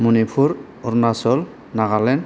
Manipur Arunachal Nagaland